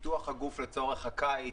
כפיתוח הגוף לצורך הקיץ,